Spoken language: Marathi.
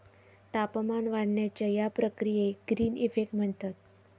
तापमान वाढण्याच्या या प्रक्रियेक ग्रीन इफेक्ट म्हणतत